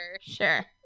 sure